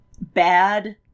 Bad